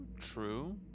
true